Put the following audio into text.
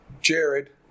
Jared